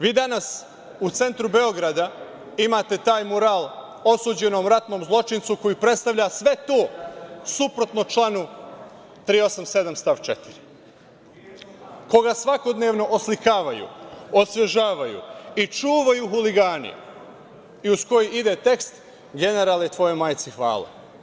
Vi danas u centru Beograda imate taj mural osuđenom ratnom zločincu koji predstavlja sve to suprotno članu 387. stav 4, koga svakodnevno oslikavaju, osvežavaju i čuvaju huligani i uz koji ide tekst „generale, tvojoj majci hvala“